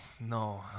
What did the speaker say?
no